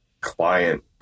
client